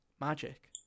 Magic